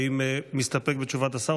האם אתה מסתפק בתשובת השר,